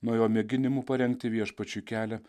nuo jo mėginimų parengti viešpačiui kelią